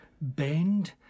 bend